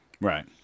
Right